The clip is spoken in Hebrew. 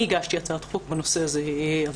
אני הגשתי הצעת חוק בנושא הזה.